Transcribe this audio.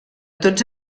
tots